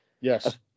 Yes